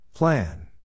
Plan